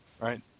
right